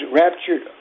raptured